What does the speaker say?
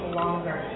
longer